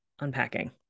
unpacking